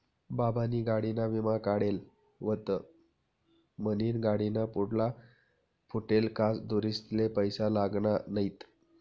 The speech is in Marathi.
बाबानी गाडीना विमा काढेल व्हता म्हनीन गाडीना पुढला फुटेल काच दुरुस्तीले पैसा लागना नैत